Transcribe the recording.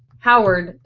howard?